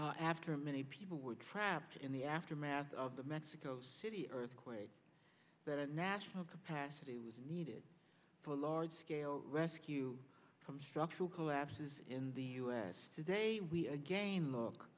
after many people were trapped in the aftermath of the mexico city earthquake but a national capacity was needed for a large scale rescue from structural collapses in the u s today we again look